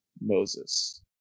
Moses